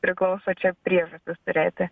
priklauso čia priežastis turėti